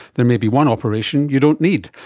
there may be one operation you don't need.